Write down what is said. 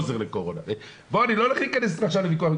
אני לא הולך להכנס איתך עכשיו לוויכוח.